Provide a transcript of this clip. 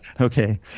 okay